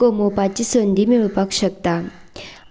कमोवपाची संदी मेळोवपाक शकता